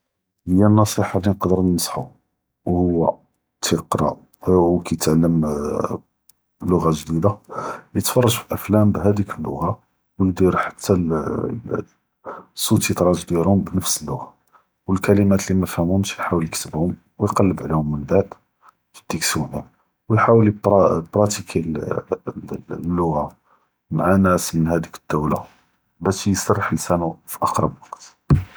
היא אלנصيחה לי נקדרו ننצ’חו והוא טאיע’רא או כיתעלם לוע’ה ג’דידה ויתפרג’ פי אפלאם בהאדיק לוע’ה ו יידיר ח’תאל סוט טיטראג דיאלוהם ב נאפס לוע’ה ו אלכלאמאט לי מיפהמהווש יח’תאלב יכתבום ו יקלב עליהם מן בעד פ דיקשונר ו יח’תאלב יברא פראטיקי ל ל ל לוע’ה מעא אנאס מן האדיק דולה באש יסרח לסאנוהו פ’אקראב וז’ת.